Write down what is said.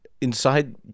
inside